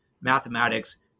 mathematics